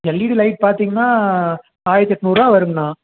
LED light பார்த்தீங்கன்னா ஆயிரத்து எட்நூறுரூவா வருங்கண்ணா